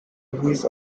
which